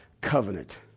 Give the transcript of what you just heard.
covenant